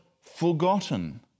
forgotten